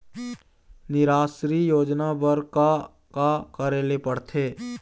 निराश्री योजना बर का का करे ले पड़ते?